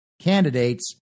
candidates